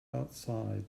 outside